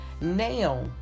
now